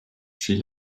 she